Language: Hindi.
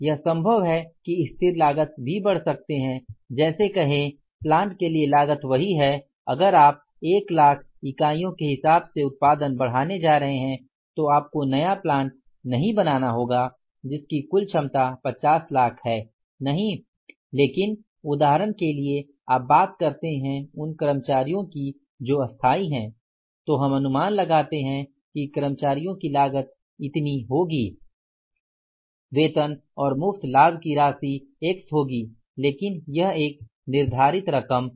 यह संभव है कि स्थिर लागत भी बढ़ सकते है जैसे कहे प्लांट के लिए लागत वही है अगर आप 1 लाख यूनिट के हिसाब से उत्पादन बढ़ाने जा रहे हैं तो आपको नया प्लांट नहीं बनाना होगा जिसकी कुल क्षमता 50 लाख है नहीं लेकिन उदाहरण के लिए आप बात करते हैं उन कर्मचारीयों की जो स्थायी हैं तो हम अनुमान लगते है कि कर्मचारियों की लागत इतनी होगी वेतन और मुफ्त लाभ की राशि एक्स होगी लेकिन यह एक निर्धारित रकम है